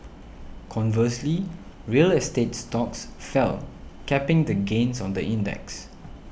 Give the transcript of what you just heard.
conversely real estate stocks fell capping the gains on the index